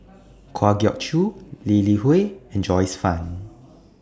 Kwa Geok Choo Lee Li Hui and Joyce fan